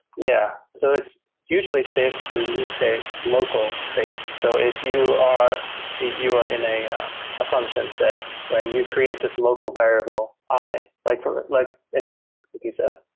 yeah. so it's usually safe to mutate local state. so if you are you are in a ah a function, say, when you create this local variable, i, like like in a loop, like you said,